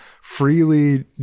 freely